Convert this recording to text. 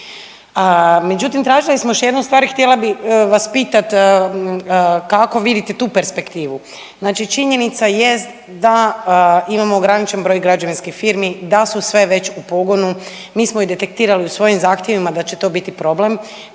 Međutim, tražili smo još jednu stvar htjela bih vas pitat kako vidite tu perspektivu, znači činjenica jest da imamo ograničen broj građevinskih firmi da su sve već u pogonu, mi smo i detektirali u svojim zahtjevima da će to biti problem.